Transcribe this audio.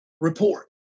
report